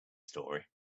story